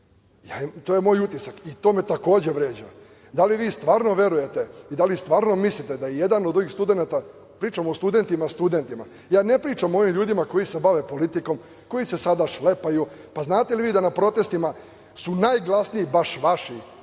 To je moj utisak i to me, takođe, vređa. Da li vi stvarno verujete i da li stvarno mislite da je jedan od ovih studenata, pričam o studentima studentima, ja ne pričam o ovim ljudima koji se bave politikom koji se sada šlepaju. Znate li vi da na protestima su najglasniji baš vaši,